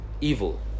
evil